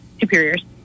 superiors